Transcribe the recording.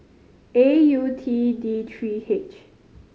A U T D three H